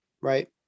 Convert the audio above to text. Right